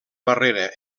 barrera